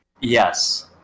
Yes